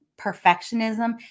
perfectionism